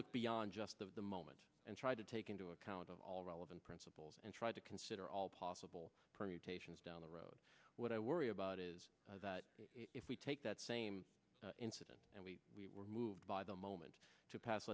look beyond just of the moment and try to take into account of all relevant principles and try to consider all possible permutations down the road what i worry about is that if we take that same incident and we were moved by the moment to pass